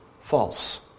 false